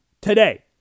today